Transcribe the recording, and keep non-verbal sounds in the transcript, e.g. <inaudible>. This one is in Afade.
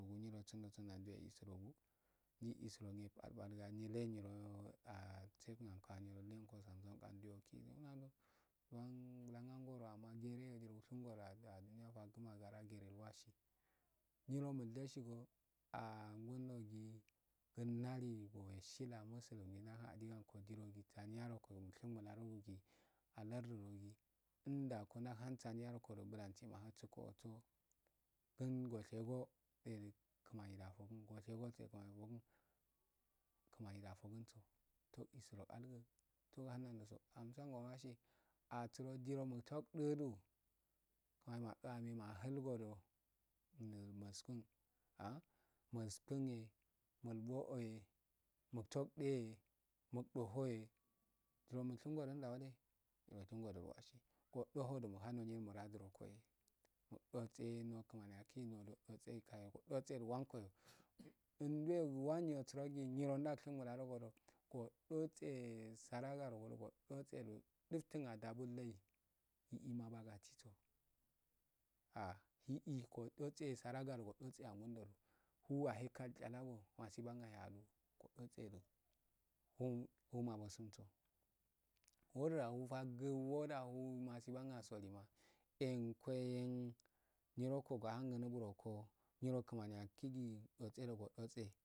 Nyiro fnndo surda dao isurogun ndei disu gunga <unintelligible> abugu ga segu alungo gandi gandi olayi nandowa dan bulanagoro amnaa ndi yo usungoro ah aluwa fadugara jirelwaci nyrole sigo ah ngirogai nali dngoshigo aangungo <hesitation> lainaliyo duyeshiamesudu melahidi koh aniya roko do mashingolame mukyee alardu do kundako ndahan saiyarroko bular nsima ahuskoosa kungwashego eh kimanida afugun gwashego soe kinaa nida afogunsu toh isurogu alsguso fauhannenyiroso amsunasii asurodu nyiro mutteudululoh dane madoo amemahurgodo do multun ah nuskunie bbooi tddehee mudoohoye dunmis hungudo ndawale nyirooshingundo nda wale nyiro oshingodu ulwasi godo hw do mulha ane mulagudo kohee mudofseye kimani akigee nando nondofeedo wa nkoyo nalweau waiyo suragi nyiro nashingu mula ugodu godutsee sura garugodo godotsedu duftun adabul leii higima abagasiso ah higima godotse saragarogodo odotse angundodo nu wahekal gyalago masiban yahealowo godo tsedu futuma bwalsumo wooda hu faguna wooda masi ban asuluma enkoyo yen nyirokoh ahangunuburoko nyiro kimariakigee dotse do odotse.